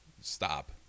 Stop